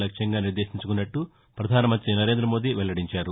లక్ష్యంగా నిర్దేశించుకున్నట్టు ప్రధాన మంతి నరేంద్ర మోదీ వెల్లడించారు